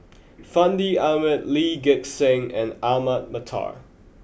Fandi Ahmad Lee Gek Seng and Ahmad Mattar